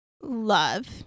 love